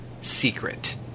secret